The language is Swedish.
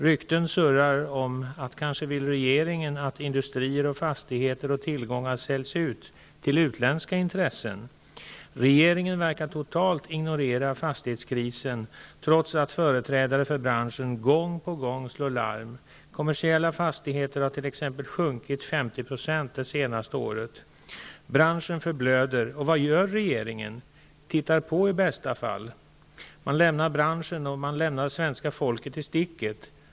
Rykten surrar om att regeringen kanske vill att industrier, fastigheter och tillgångar säljs ut till utländska intressen. Regeringen verkar totalt ignorera fastighetskrisen, trots att företrädare för branschen gång på gång slår larm. Kommersiella fastigheter har t.ex. sjunkit 50 % i pris det senaste året. Branschen förblöder. Och vad gör regeringen? Tittar på, i bästa fall! Man lämnar branschen och svenska folket i sticket.